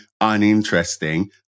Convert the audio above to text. uninteresting